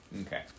Okay